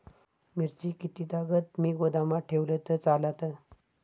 मिरची कीततागत मी गोदामात ठेवलंय तर चालात?